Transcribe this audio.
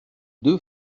deux